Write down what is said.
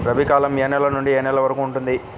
రబీ కాలం ఏ నెల నుండి ఏ నెల వరకు ఉంటుంది?